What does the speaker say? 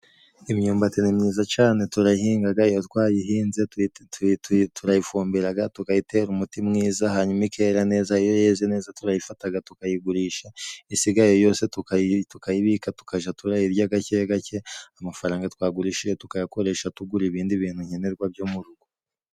Imyumbati ni myiza cane，turahingaga， iyo twayihinze ， turayifumbiraga， tukayitera umuti mwiza， hanyuma ikera neza， iyo yeze neza turayifataga， tukayigurisha， isigaye yose tukayibika， tukaja turayirya gake gake， amafaranga twagurishije tukayakoresha tugura ibindi bintu nkenerwa byo mu rugo.